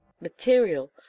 material